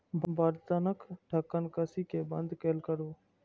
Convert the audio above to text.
बर्तनक ढक्कन कसि कें बंद कैल करू